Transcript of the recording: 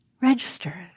register